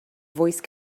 voice